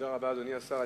תודה רבה, אדוני השר.